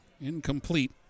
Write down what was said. Incomplete